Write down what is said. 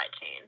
chain